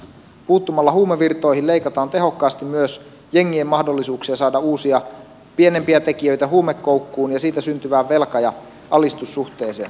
puuttumalla huumevirtoihin leikataan tehokkaasti myös jengien mahdollisuuksia saada uusia pienempiä tekijöitä huumekoukkuun ja siitä syntyvään velka ja alistussuhteeseen